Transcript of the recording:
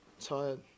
tired